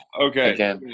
Okay